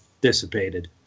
dissipated